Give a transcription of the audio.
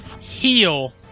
Heal